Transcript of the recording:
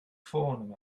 ffôn